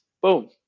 Boom